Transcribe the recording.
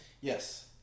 Yes